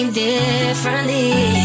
differently